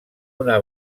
una